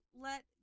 let